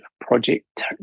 project